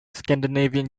scandinavian